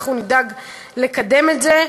אנחנו נדאג לקדם את זה.